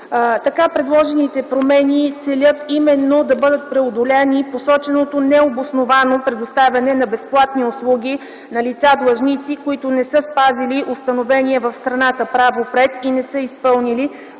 Така предложените промени целят именно да бъде преодоляно – посоченото необосновано предоставяне на безплатни услуги на лица длъжници, които не са спазили установения в страната правов ред и не са изпълнили